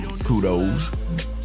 kudos